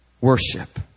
worship